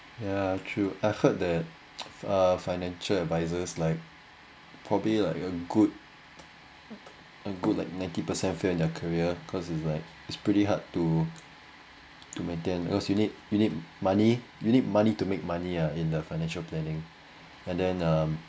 ya true I heard that uh financial advisors like probably like a good a good like ninety percent fail in their career cause it's like it's pretty hard to to maintain you need you need money you need money to make money ah in the financial planning and then um